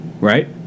Right